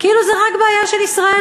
כאילו זה רק בעיה של ישראל,